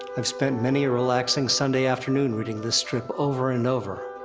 i spent many a relaxing sunday afternoon reading this strip, over and over.